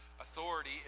Authority